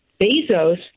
Bezos